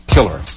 Killer